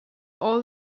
all